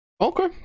Okay